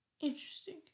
interesting